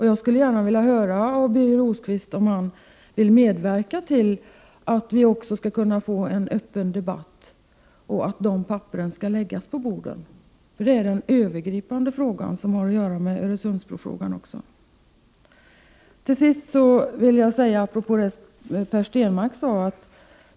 Jag skulle gärna vilja höra av Birger Rosqvist om han vill medverka till att vi också skall kunna få en öppen debatt och till att dessa papper skall läggas på bordet. Det är nämligen den övergripande frågan. Den har också att göra med Öresundsbrofrågan i sin helhet. Till sist vill jag anknyta till det Per Stenmarck sade.